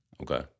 Okay